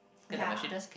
ya